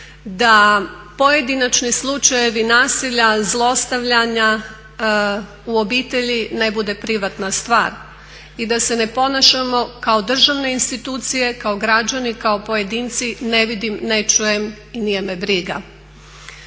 da pojedinačni slučajevi nasilja, zlostavljanja u obitelji ne bude privatna stvar i da se ne ponašamo kao državne institucije, kao građani, kao pojedinci, ne vidim, ne čujem i nije me briga.